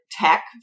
tech